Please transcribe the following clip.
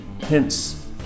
Hence